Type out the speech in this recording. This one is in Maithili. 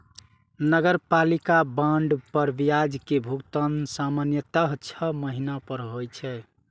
नगरपालिका बांड पर ब्याज के भुगतान सामान्यतः छह महीना पर होइ छै